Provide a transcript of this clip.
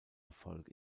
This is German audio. erfolg